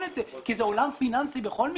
את זה כי זה עולם פיננסי בכל מקרה.